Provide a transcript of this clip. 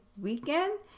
weekend